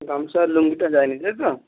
গামছা আর লুঙ্গিটা যায় নি তাই তো